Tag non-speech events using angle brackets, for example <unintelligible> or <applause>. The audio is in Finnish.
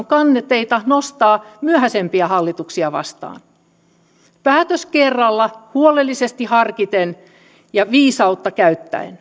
<unintelligible> kanteita nostaa myöhäisempiä hallituksia vastaan mennään päätös kerrallaan huolellisesti harkiten ja viisautta käyttäen <unintelligible>